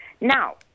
Now